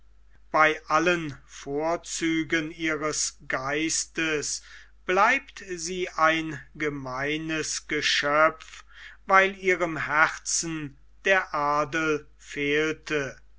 bei allen vorzügen ihres geistes bleibt sie ein gemeines geschöpf weil ihrem herzen der adel fehlte